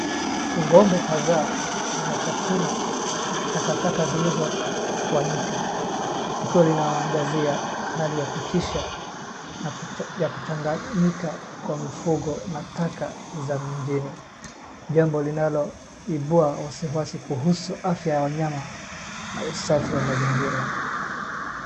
Ng'ombe kadhaa wanakula takataka zilizotuanyika. Tukio linawaangazia hali ya kutisha na kuchanganyikana kwa mifugo na takataka za mjini. Jambo linaloibua wasiwasi kuhusu afya ya wanyama na usafi wa mazingira.